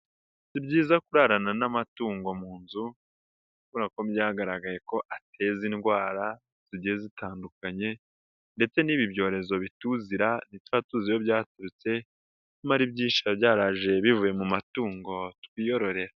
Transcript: Si byiza kurarana n'amatungo mu nzu kubera ko byagaragaye ko ateza indwara zigiye zitandukanye ndetse n'ibi byorezo bituzira ntitwa tuzi iyo byaturutse, nyamara ibyishi byaraje bivuye mu matungo twiyororera.